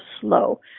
slow